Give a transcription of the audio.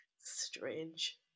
strange